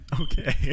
okay